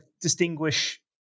distinguish